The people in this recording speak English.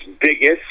biggest